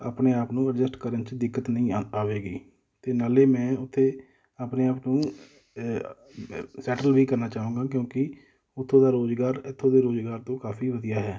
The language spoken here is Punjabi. ਆਪਣੇ ਆਪ ਨੂੰ ਐਡਜਸਟ ਕਰਨ 'ਚ ਦਿੱਕਤ ਨਹੀਂ ਆ ਆਵੇਗੀ ਅਤੇ ਨਾਲੇ ਮੈਂ ਉੱਥੇ ਆਪਣੇ ਆਪ ਨੂੰ ਅ ਸੈਟਲ ਵੀ ਕਰਨਾ ਚਾਹਾਂਗਾ ਕਿਉਂਕਿ ਉੱਥੋਂ ਦਾ ਰੁਜ਼ਗਾਰ ਇੱਥੋਂ ਦੇ ਰੁਜ਼ਗਾਰ ਤੋਂ ਕਾਫੀ ਵਧੀਆ ਹੈ